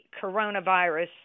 coronavirus